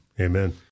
Amen